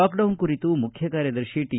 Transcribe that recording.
lockdown ಕುರಿತು ಮುಖ್ಯ ಕಾರ್ಯದರ್ಶಿ ಟಿ